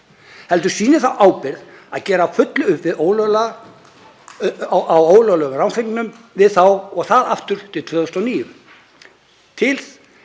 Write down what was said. heldur sýni þá ábyrgð að gera að fullu upp, af ólöglega ránsfengnum, við þá og það aftur til 2009,